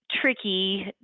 tricky